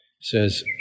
says